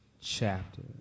chapter